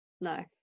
no